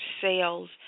sales